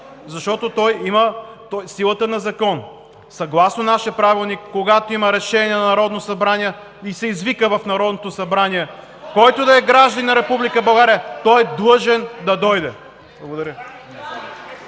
защото има силата на закон. Съгласно нашия Правилник, когато има решение на Народното събрание и се извика в Народното събрание който и да е гражданин на Република България, той е длъжен да дойде. (Силен